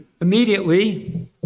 Immediately